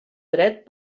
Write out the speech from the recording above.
dret